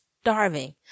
starving